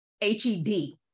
H-E-D